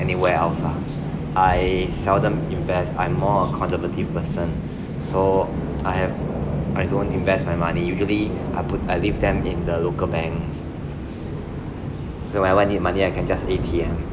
anywhere else ah I seldom invest I'm more a conservative person so I have I don't invest my money usually I put I leave them in the local banks so I whenever need money I can just A_T_M